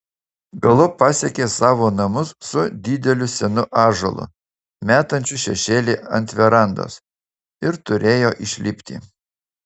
galop pasiekė savo namus su dideliu senu ąžuolu metančiu šešėlį ant verandos ir turėjo išlipti